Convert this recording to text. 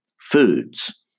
foods